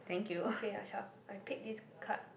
ok I sharp I pick this card